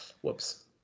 Whoops